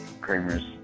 Kramer's